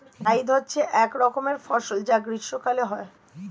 জায়িদ হচ্ছে এক রকমের ফসল যা গ্রীষ্মকালে হয়